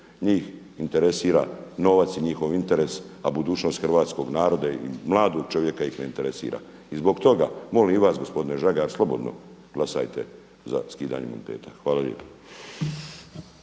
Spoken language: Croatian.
njih interesira novac i njihov interes, a budućnost hrvatskoga naroda i mladog čovjeka ih ne interesira. I zbog toga, molim i vas gospodine Žagar slobodno glasajte za skidanje imuniteta. Hvala lijepo.